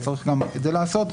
צריך גם את זה לעשות.